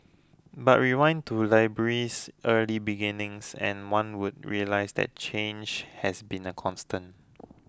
but rewind to library's early beginnings and one would realise that change has been a constant